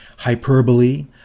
hyperbole